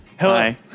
Hi